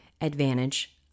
advantage